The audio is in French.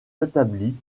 rétablie